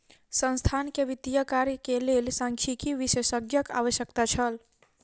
संस्थान के वित्तीय कार्य के लेल सांख्यिकी विशेषज्ञक आवश्यकता छल